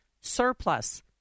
surplus